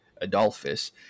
Adolphus